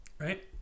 Right